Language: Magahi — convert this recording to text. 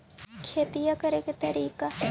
खेतिया करेके के तारिका?